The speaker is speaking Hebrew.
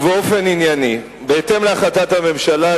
ובאופן ענייני: בהתאם להחלטת הממשלה,